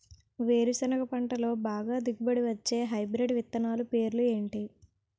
వేరుసెనగ పంటలో బాగా దిగుబడి వచ్చే హైబ్రిడ్ విత్తనాలు పేర్లు ఏంటి?